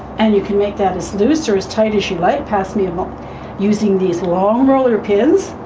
and you can make that as loose or as tight as you like. pass me a book using these long roller pins.